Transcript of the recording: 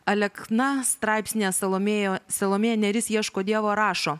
alekna straipsnyje salomėja salomėja nėris ieško dievo rašo